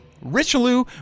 Richelieu